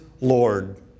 Lord